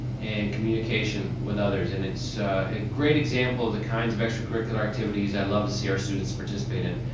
and communication with others, and it's a great example of the kinds of extracurricular activities i love to see our students participate in.